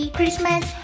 Christmas